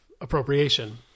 appropriation